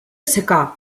secà